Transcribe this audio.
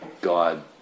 God